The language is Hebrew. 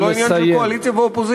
וזה לא עניין של קואליציה ואופוזיציה,